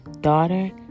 daughter